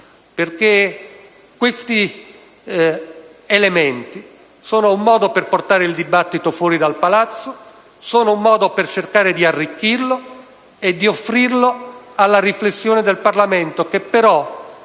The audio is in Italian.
elementi, infatti, sono un modo per portare il dibattito fuori dal Palazzo, per cercare di arricchirlo e di offrirlo alla riflessione del Parlamento, che però